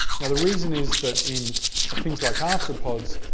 now the reason is that in things like arthropods,